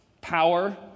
power